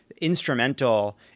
instrumental